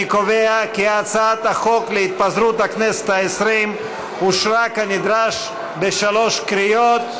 אני קובע כי הצעת החוק להתפזרות הכנסת העשרים אושרה כנדרש בשלוש קריאות.